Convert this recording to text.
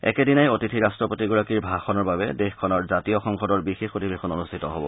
একেদিনাই অতিথি ৰাট্টপতিগৰাকীৰ ভাষণৰ বাবে দেশখনৰ জাতীয় সংসদৰ বিশেষ অধিৱেশন অনূষ্ঠিত হ'ব